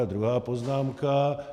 Druhá poznámka.